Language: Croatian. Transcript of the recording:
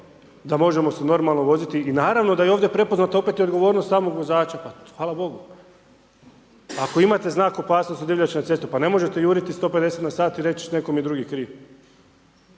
da možemo se normalno voziti. I naravno da je ovdje prepoznata odgovornost i samog vozača, pa hvala Bogu. Ako imate znak opasnosti od divljači na cesti, pa ne možete juriti sto pedeset na sat i reći, netko mi je drugi kriv.